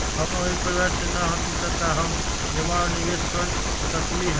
हम अमीर परिवार से न हती त का हम जमा और निवेस कर सकली ह?